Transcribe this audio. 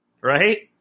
right